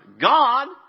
God